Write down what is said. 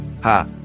ha